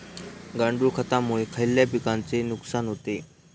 गांडूळ खतामुळे खयल्या पिकांचे नुकसान होते?